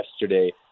yesterday